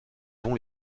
vont